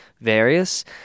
various